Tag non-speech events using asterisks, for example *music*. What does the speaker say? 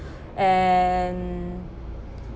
*breath* and